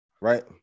right